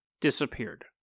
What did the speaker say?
disappeared